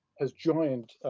has joined